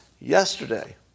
Yesterday